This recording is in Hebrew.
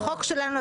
החוק שלנו,